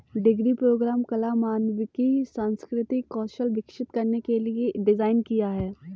degree programme कला, मानविकी, सांस्कृतिक कौशल विकसित करने के लिए डिज़ाइन किया है